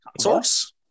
source